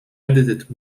edited